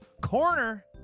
corner